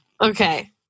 Okay